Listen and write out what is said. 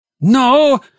No